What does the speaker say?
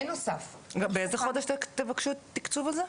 באיזה חודש תבקשו תקצוב על זה?